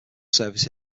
service